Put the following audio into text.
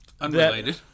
Unrelated